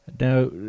Now